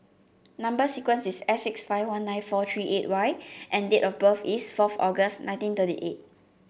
number sequence is S six five one nine four three eight Y and date of birth is fourth August nineteen thirty eight